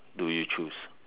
do you choose